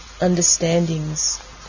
understandings